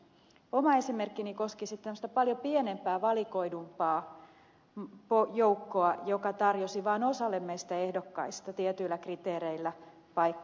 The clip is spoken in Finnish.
oma esimerkkini koski sitten tämmöistä paljon pienempää valikoidumpaa joukkoa joka tarjosi vain osalle meistä ehdokkaista tietyillä kriteereillä paikkaa